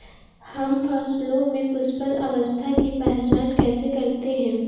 हम फसलों में पुष्पन अवस्था की पहचान कैसे करते हैं?